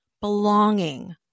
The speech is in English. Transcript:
belonging